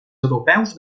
europeus